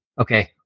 Okay